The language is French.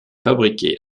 fabriqués